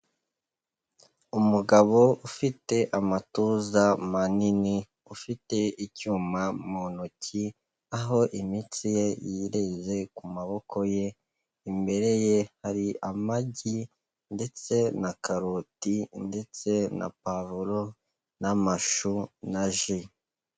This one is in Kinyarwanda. Umugabo ufite amatuza manini, ufite icyuma mu ntoki, aho imitsi ye yireze ku maboko ye, imbere ye hari amagi, ndetse na karoti, ndetse na pavuro, n'amashu, na ji.